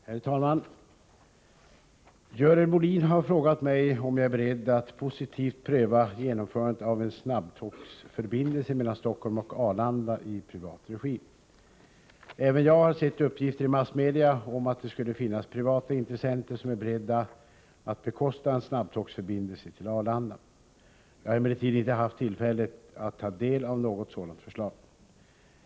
Herr talman! Görel Bohlin har frågat mig om jag är beredd att positivt pröva genomförandet av en snabbtågsförbindelse mellan Stockholm och Arlanda i privat regi. Även jag har sett uppgifter i massmedia om att det skulle finnas privata intressenter som är beredda att bekosta en snabbtågsförbindelse till Arlanda. Jag har emellertid inte haft tillfälle att ta del av något sådant förslag.